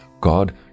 God